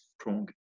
strong